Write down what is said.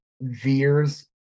veers